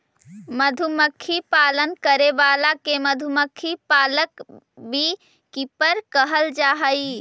मधुमक्खी पालन करे वाला के मधुमक्खी पालक बी कीपर कहल जा हइ